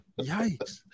Yikes